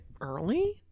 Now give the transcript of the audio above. early